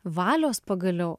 valios pagaliau